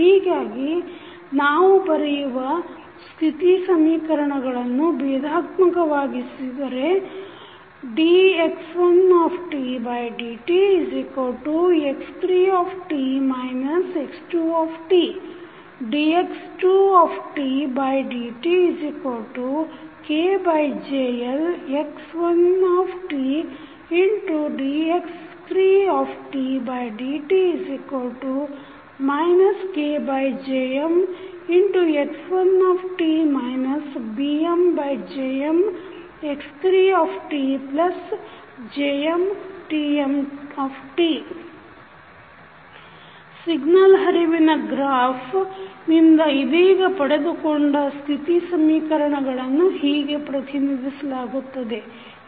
ಹೀಗಾಗಿ ನೀವು ಬರೆಯುವ ಸ್ಥಿತಿ ಸಮೀಕರಣಗಳನ್ನು ಭೇದಾತ್ಮಕವಾಗಿಸಿದರೆ dx1dtx3t x2 dx2tdtKJLx1tdx3dt KJmx1t BmJmx3t1JmTm signal ಹರಿವಿನ ಗ್ರಾಫ್ ನಿಂದ ಇದೀಗ ಪಡೆದುಕೊಂಡ ಸ್ಥಿತಿ ಸಮೀಕರಣಗಳನ್ನು ಹೀಗೆ ಪ್ರತಿನಿಧಿಸಲಾಗುತ್ತದೆ